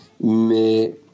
mais